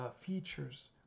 features